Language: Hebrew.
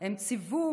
הם ציוו